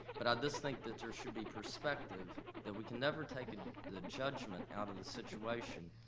but i just think that there should be perspective that we can never take and the judgment out of the situation.